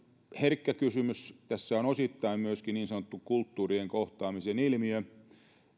herkkä kysymys tässä on osittain myöskin niin sanottu kulttuurien kohtaamisen ilmiö